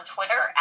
Twitter